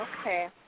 Okay